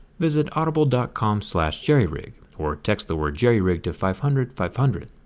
visit audible dot com slash jerryrig or text the word jerryrig to five hundred five hundred.